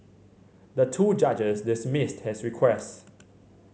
the two judges dismissed his request